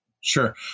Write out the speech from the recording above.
Sure